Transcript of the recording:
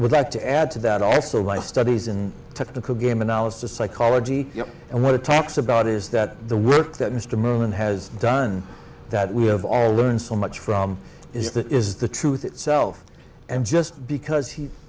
would like to add to that also my studies in technical game analysis psychology and what it talks about is that the work that mr moon has done that we have all learned so much from is that it is the truth itself and just because he